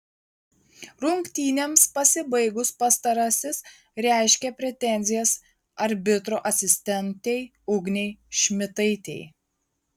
rungtynėms pasibaigus pastarasis reiškė pretenzijas arbitro asistentei ugnei šmitaitei